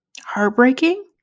heartbreaking